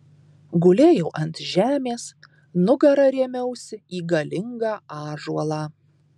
gulėjau ant žemės nugara rėmiausi į galingą ąžuolą